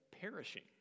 perishing